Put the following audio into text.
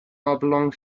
oblong